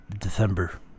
december